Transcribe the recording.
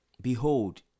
behold